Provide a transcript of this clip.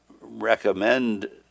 recommend